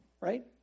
right